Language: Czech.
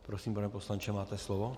Prosím, pane poslanče, máte slovo.